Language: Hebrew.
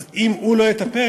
אז אם הוא לא יטפל,